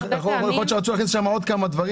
יכול להיות שרצו להכניס שם עוד כמה דברים